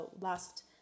last